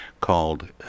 called